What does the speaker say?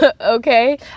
okay